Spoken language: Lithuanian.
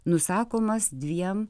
nusakomas dviem